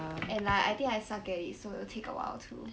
and like I think I suck at it so it'll take a while too